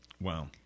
Wow